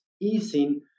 easing